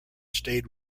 stayed